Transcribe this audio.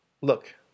Look